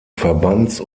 verbands